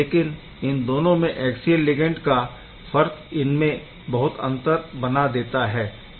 लेकिन इन दोनों में ऐक्सियल लिगैण्ड का फर्क इनमें बहुत अंतर बना देता है